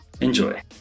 enjoy